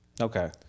Okay